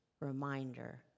reminder